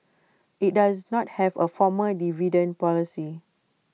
IT does not have A formal dividend policy